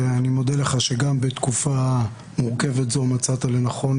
אני מודה לך שגם בתקופה מורכבת זו מצאת לנכון